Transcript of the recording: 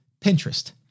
Pinterest